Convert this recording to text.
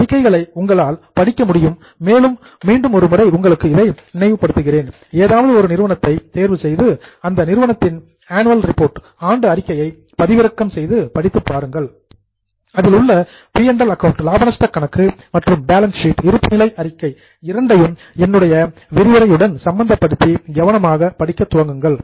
இந்த அறிக்கைகளை உங்களால் படிக்க முடியும் மேலும் மீண்டும் ஒரு முறை உங்களுக்கு இதை நினைவு படுத்துகிறேன் ஏதாவது ஒரு நிறுவனத்தை தேர்வு செய்து அந்த நிறுவனத்தின் ஆனுவல் ரிப்போர்ட் ஆண்டு அறிக்கையை பதிவிறக்கம் செய்து படித்து பாருங்கள் அதில் உள்ள பி அண்ட் எல் அக்கவுண்ட் லாப நஷ்ட கணக்கு மற்றும் பேலன்ஸ் ஷீட் இருப்பு நிலை அறிக்கை இரண்டையும் என்னுடைய விரிவுரையுடன் சம்பந்தப்படுத்தி கவனமாக படிக்கத் துவங்குங்கள்